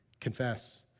confess